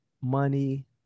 money